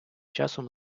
часом